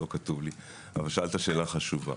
שאלת שאלה חשובה.